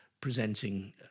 presenting